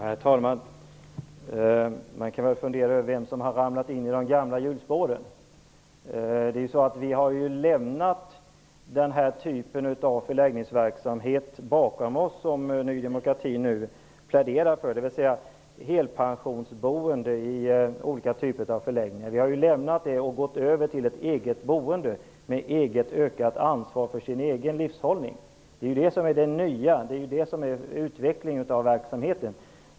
Herr talman! Man kan fundera över vem det är som har fastnat i gamla hjulspår. Vi har lämnat den typ av förläggningsverksamhet som Ny demokrati pläderar för bakom oss. Vi har lämnat helpensionsboende i olika typer av förläggningar och gått över till ett eget boende där man får ta ett ökat ansvar för sin egen livshållning. Det är en nyhet och en utveckling av verksamheten.